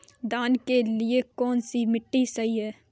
धान के लिए कौन सी मिट्टी सही है?